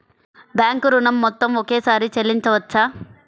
Bank ఋణం మొత్తము ఒకేసారి చెల్లించవచ్చా?